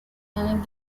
and